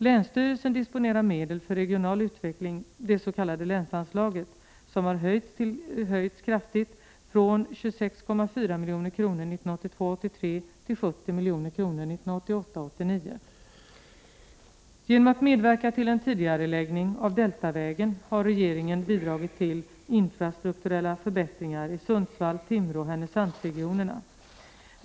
Länsstyrelsen disponerar medel för regional utveckling — det s.k. länsanslaget — som har höjts kraftigt från 26,4 milj.kr. budgetåret 1982 89. Genom att medverka till en tidigareläggning av Deltavägen har regeringen bidragit till infrastrukturella förbättringar i Sundsvall-Timrå-Härnösand-regionerna.